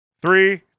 three